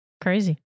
crazy